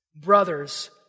Brothers